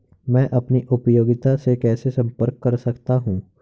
मैं अपनी उपयोगिता से कैसे संपर्क कर सकता हूँ?